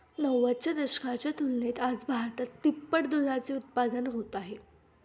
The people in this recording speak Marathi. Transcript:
नव्वदच्या दशकाच्या तुलनेत आज भारतात तिप्पट दुधाचे उत्पादन होत आहे